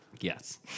Yes